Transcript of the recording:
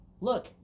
Look